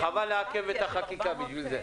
חבל לעכב את החקיקה בגלל זה.